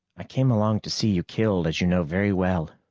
i came along to see you killed, as you know very well.